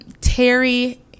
Terry